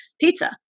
pizza